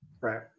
right